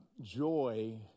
joy